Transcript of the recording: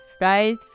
right